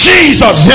Jesus